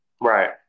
Right